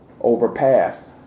Overpass